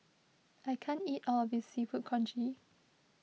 I can't eat all of this Seafood Congee